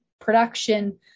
production